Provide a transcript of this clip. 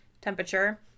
temperature